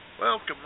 Welcome